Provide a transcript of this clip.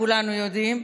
כולנו יודעים,